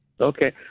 Okay